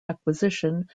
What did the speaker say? acquisition